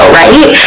right